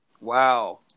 Wow